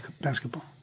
basketball